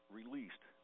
released